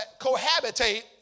cohabitate